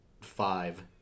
five